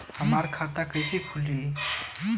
हमार खाता कईसे खुली?